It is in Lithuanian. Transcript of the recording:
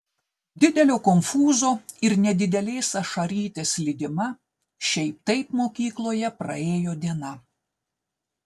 didelio konfūzo ir nedidelės ašarytės lydima šiaip taip mokykloje praėjo diena